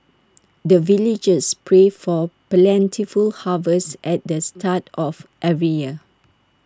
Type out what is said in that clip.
the villagers pray for plentiful harvest at the start of every year